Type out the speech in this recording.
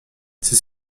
c’est